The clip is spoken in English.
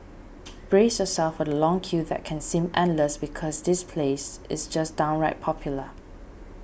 brace yourself for the long queue that can seem endless because this place is just downright popular